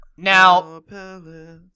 Now